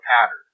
pattern